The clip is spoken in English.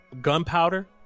gunpowder